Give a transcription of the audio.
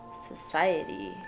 society